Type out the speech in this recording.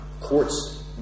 courts